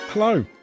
Hello